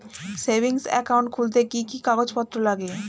Savings account খুলতে কি কি কাগজপত্র লাগে?